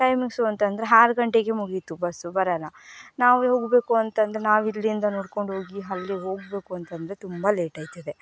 timings ಅಂತ ಅಂದರೆ ಆರು ಗಂಟೆಗೆ ಮುಗೀತು ಬಸ್ಸು ಬರೋಲ್ಲ ನಾವೇ ಹೋಗಬೇಕು ಅಂತಂದರೆ ನಾವಿಲ್ಲಿಂದ ನಡ್ಕೊಂಡು ಹೋಗಿ ಅಲ್ಲಿ ಹೋಗಬೇಕು ಅಂತಂದರೆ ತುಂಬ ಲೇಟ್ ಆಗ್ತದೆ